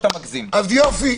בבקשה.